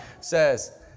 says